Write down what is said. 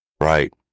Right